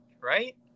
Right